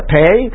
pay